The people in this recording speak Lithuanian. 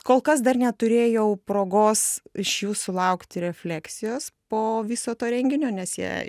kol kas dar neturėjau progos iš jų sulaukti refleksijos po viso to renginio nes jie